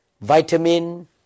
vitamin